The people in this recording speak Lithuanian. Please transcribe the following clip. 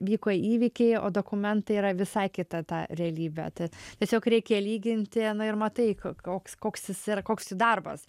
vyko įvykiai o dokumentai yra visai kita ta realybė tad tiesiog reikia lyginti na ir matai koks koks esi ir koks darbas